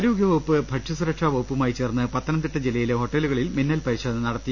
ആരോഗ്യവകുപ്പ് ഭക്ഷ്യസുരക്ഷാ വകുപ്പുമായി ചേർന്ന് പത്തനം തിട്ട ജില്ലയിലെ ഹോട്ടലുകളിൽ മിന്നൽ പരിശോധന നടത്തി